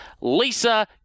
Lisa